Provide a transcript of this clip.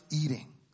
eating